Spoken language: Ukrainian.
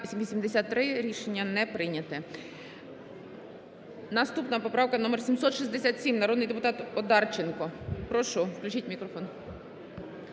Наступна поправка номер 767, народний депутат Одарченко. Прошу, включіть мікрофон.